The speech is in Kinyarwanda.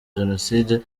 jenoside